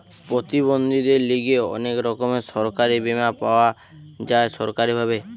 প্রতিবন্ধীদের লিগে অনেক রকমের সরকারি বীমা পাওয়া যায় সরকারি ভাবে